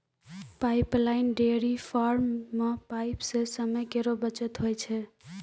pipeline dairy farm म pipe सें समय केरो बचत होय छै